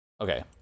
Okay